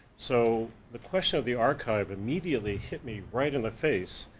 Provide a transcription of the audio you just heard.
so, the question of the archive immediately hit me right in the face,